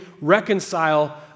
reconcile